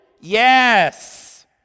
yes